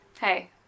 Hey